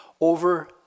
over